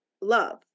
love